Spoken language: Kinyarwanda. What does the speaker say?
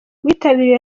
witabiriwe